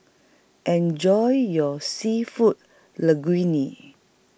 Enjoy your Seafood Linguine